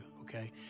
okay